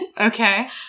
Okay